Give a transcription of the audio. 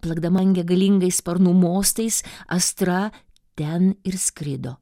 plakdamangė galingais sparnų mostais astra ten ir skrido